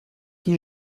qui